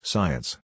Science